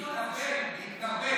להתנרבג, להתנרבג.